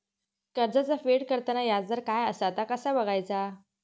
कर्जाचा फेड करताना याजदर काय असा ता कसा बगायचा?